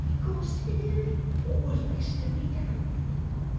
considered what was best to be done with him,